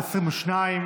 22,